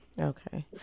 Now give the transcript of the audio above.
Okay